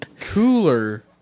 cooler